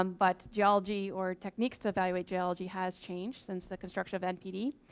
um but geology, or techniques to evaluate geology has changed since the construction of npd.